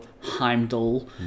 Heimdall